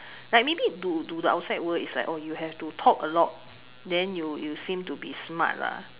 like maybe to to the outside world is like oh you have to talk a lot then you you seem to be smart lah